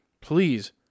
Please